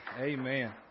Amen